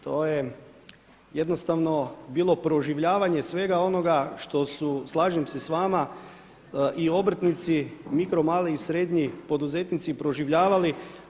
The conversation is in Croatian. To je jednostavno bilo proživljavanje svega onoga što su slažem se sa vama i obrtnici, mikro, mali i srednji poduzetnici proživljavali.